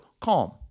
CALM